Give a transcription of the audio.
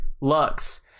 Lux